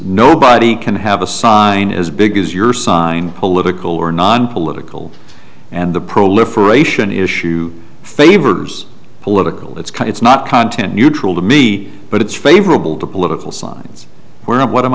nobody can have a sign as big as your sign political or nonpolitical and the proliferation issue favors political it's kind it's not content neutral to me but it's favorable to political signs were not what am